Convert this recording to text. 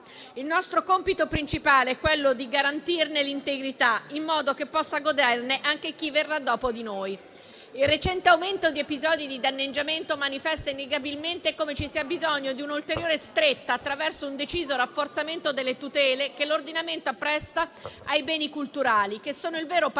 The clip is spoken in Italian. Il nostro compito principale è garantirne l'integrità, in modo che possa goderne anche chi verrà dopo di noi. Il recente aumento di episodi di danneggiamento manifesta innegabilmente come ci sia bisogno di un'ulteriore stretta attraverso un deciso rafforzamento delle tutele che l'ordinamento presta ai beni culturali, che sono il vero patrimonio